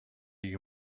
you